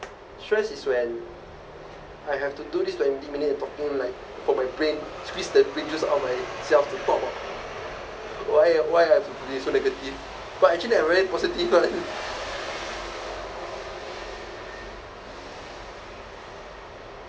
stress is when I have to do this twenty minute talking like for my brain squeeze the brain juice out of myself to talk why ah why ah today so negative but actually I'm very positive [one